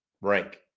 rank